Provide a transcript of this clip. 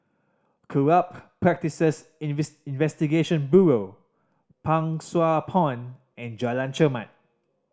Corrupt Practices Investigation Bureau Pang Sua Pond and Jalan Chermat